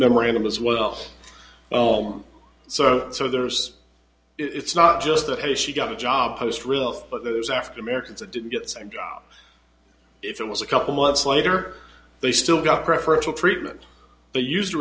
memorandum as well oh i'm so so there's it's not just that hey she got a job post real for those african americans that didn't get sick if it was a couple months later they still got preferential treatment they use